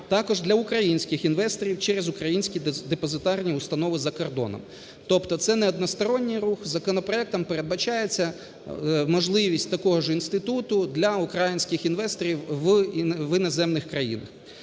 також для українських інвесторів через українські депозитарні установи за кордоном. Тобто це не односторонній рух, законопроектом передбачається можливість такого ж інституту для українських інвесторів в іноземних країнах.